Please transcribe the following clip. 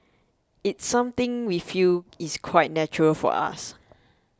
it's something we feel is quite natural for us